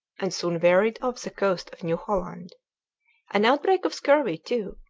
and soon wearied of the coast of new holland an outbreak of scurvy, too,